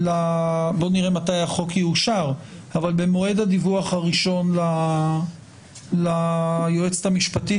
נראה מתי החוק יאושר אבל במועד הדיווח הראשון ליועצת המשפטית,